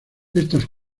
estas